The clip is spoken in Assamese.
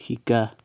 শিকা